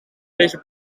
deze